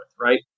right